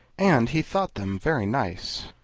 and he thought them very nice.